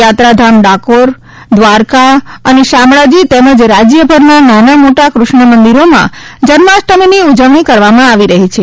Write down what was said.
યાત્રાધામ દ્વારકા ડાકોર અને શામળાજી તેમજ રાજ્યભરના નાના મોટા કૃષ્ણ મંદિરોમાં જન્માષ્ટમીની ઉજવણી કરવામાં આવી રહી છે